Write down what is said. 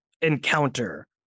encounter